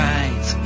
eyes